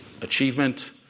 achievement